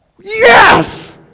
yes